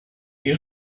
air